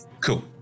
Cool